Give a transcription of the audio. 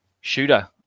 Shooter